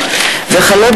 הצעת